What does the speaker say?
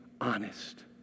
honest